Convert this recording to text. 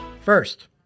First